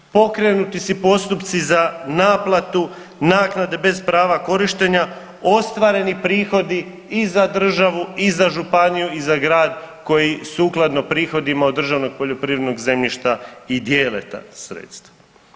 Pokrenuti su i postupci za naplatu naknade bez prava korištenja, ostvareni prihodi i za državu i za županiju i za grad sukladno prihodima od državnog poljoprivrednog zemljišta i dijele ta sredstva.